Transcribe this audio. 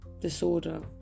disorder